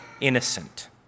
innocent